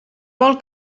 vol